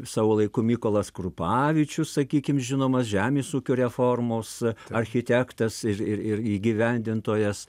savo laiku mykolas krupavičius sakykim žinomas žemės ūkio reformos architektas ir ir įgyvendintojas